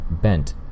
bent